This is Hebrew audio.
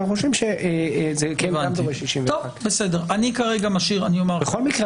לכן אנחנו חושבים שזה גם דורש 61. בכל מקרה,